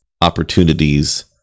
opportunities